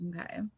okay